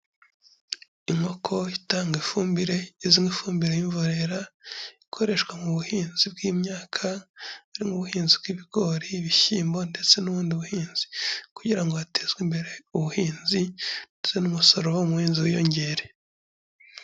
Inkoko itanga ifumbire izwi nk'ifumbire y'imborera ikoreshwa mu buhinzi bw'imyaka, harimo ubuhinzi bw'ibigori, ibishyimbo ndetse n'ubundi buhinzi kugira ngo hatezwe imbere ubuhinzi ndetse n'umusaruro uva mu buhinzi wiyongere.